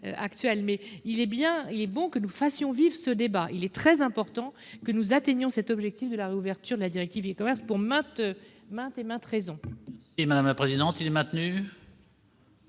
Mais il est bon que nous fassions vivre ce débat. Il est très important que nous obtenions la réouverture de la directive e-commerce, et ce pour maintes raisons.